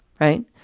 Right